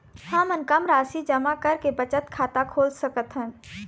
हमन कम राशि जमा करके बचत खाता खोल सकथन?